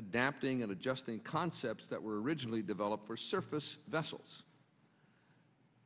adapting and adjusting concepts that were originally developed for surface vessels